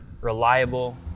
reliable